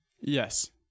Yes